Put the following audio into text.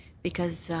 because